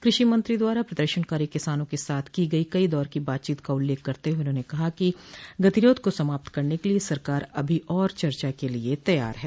कृषि मंत्री द्वारा प्रदर्शनकारी किसानों के साथ की गई कई दौर की बातचीत का उल्लेख करते हुए उन्होंने कहा कि गतिरोध को समाप्त करने के लिए सरकार अभी और चर्चा के लिए तैयार है